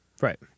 Right